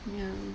ya